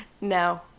No